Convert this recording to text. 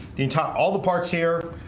the top all the parts here,